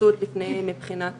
התייחסות מבחינת